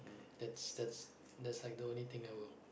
that's that's that's like the only thing I will